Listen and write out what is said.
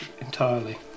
entirely